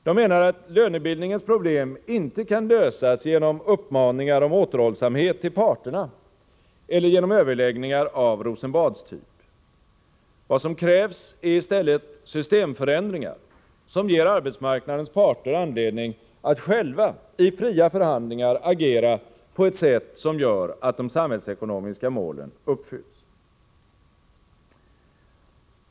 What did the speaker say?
De menar att lönebildningens problem inte kan lösas genom uppmaningar om återhållsamhet till parterna eller genom överläggningar av Rosenbadstyp. Vad som krävs är i stället systemförändringar, som ger arbetsmarknadens parter anledning att själva i fria förhandlingar agera på ett sätt som gör att de samhällsekonomiska målen uppfylls.